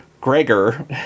Gregor